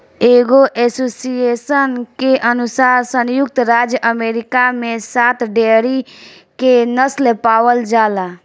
एगो एसोसिएशन के अनुसार संयुक्त राज्य अमेरिका में सात डेयरी के नस्ल पावल जाला